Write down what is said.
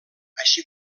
així